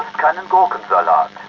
keinen gurkensalat